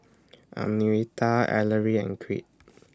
Anitra Ellery and Crete